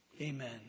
amen